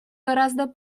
гораздо